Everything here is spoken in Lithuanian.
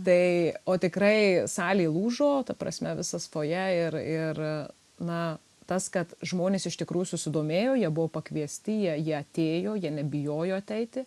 tai o tikrai salė lūžo ta prasme visas fojė ir ir na tas kad žmonės iš tikrų susidomėjo jie buvo pakviesti jie jie atėjo jie nebijojo ateiti